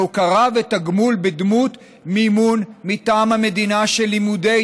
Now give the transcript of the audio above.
והוקרה ותגמול בדמות מימון מטעם המדינה של לימודי